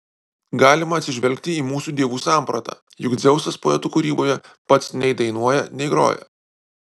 galima atsižvelgti į mūsų dievų sampratą juk dzeusas poetų kūryboje pats nei dainuoja nei groja